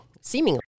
seemingly